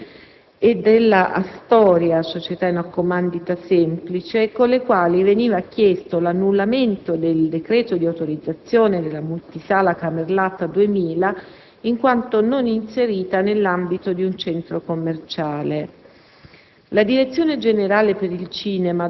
immobiliare s.r.l e dell'Astoria s.a.s, con le quali veniva chiesto l'annullamento del decreto di autorizzazione della multisala Camerlata 2000, in quanto non inserita nell'ambito di un centro commerciale.